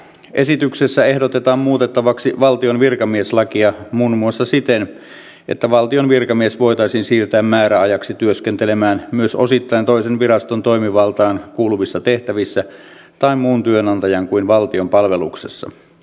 esityksessä ehdotetaan muutettavaksi valtion virkamieslakia muun muassa siten että valtion virkamies voitaisiin siirtää määräajaksi työskentelemään myös osittain toisen viraston toimivaltaan kuuluvissa tehtävissä tai muun työnantajan kuin valtion palveluksessa